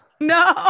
No